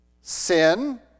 Sin